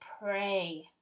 pray